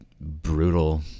brutal